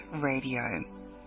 Radio